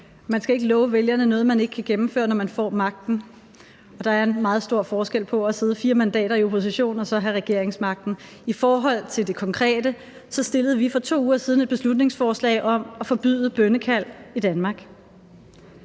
Man skal ikke love vælgerne noget, man ikke kan gennemføre, når man får magten, og der er en meget stor forskel på at sidde fire mandater i opposition og så at have regeringsmagten. I forhold til det konkrete kom vi for to uger siden med et beslutningsforslag om at forbyde bønnekald i Danmark.